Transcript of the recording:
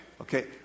Okay